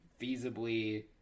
feasibly